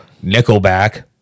nickelback